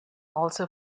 also